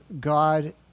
God